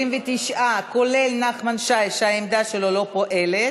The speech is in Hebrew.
29, כולל נחמן שי, שהעמדה שלו לא פועלת.